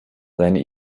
seine